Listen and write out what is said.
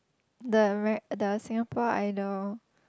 the Amer~ the Singapore Idol